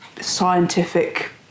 scientific